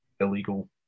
illegal